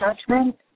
judgment